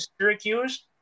Syracuse